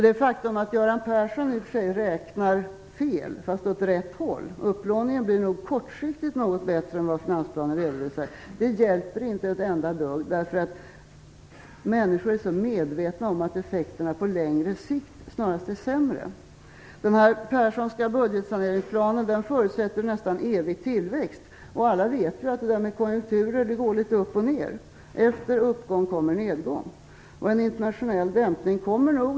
Det faktum att Göran Persson räknar fel fast åt rätt håll - upplåningen blir nog kortsiktigt något bättre än vad finansplanen redovisar - hjälper inte ett enda dugg. Människor är så medvetna om att effekterna på längre sikt snarast är sämre. Den Perssonska budgetsaneringsplanen förutsätter nästan evig tillväxt, och alla vet att konjunkturer går litet upp och ned. Efter uppgång kommer nedgång. En internationell dämpning kommer nog.